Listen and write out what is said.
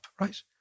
Right